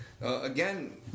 Again